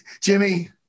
Jimmy